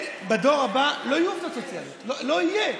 בדור הבא לא יהיו עובדות סוציאליות, לא יהיה.